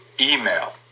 email